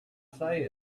say